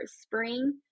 spring